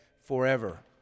forever